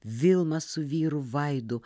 vilma su vyru vaidu